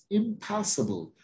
impossible